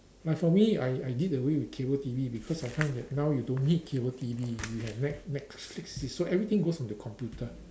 like for me I I did away with cable T_V because I find that now you don't need cable T_V we have net netflix so everything goes into computer